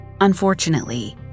Unfortunately